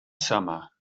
summer